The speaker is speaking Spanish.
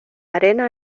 arena